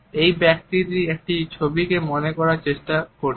এই ব্যক্তিটি একটি ছবিকে মনে করার চেষ্টা করছে